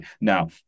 Now